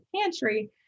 pantry